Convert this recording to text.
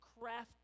crafted